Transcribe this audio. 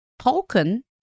token